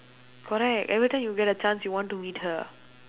correct every time you get a chance you want to meet her